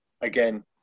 again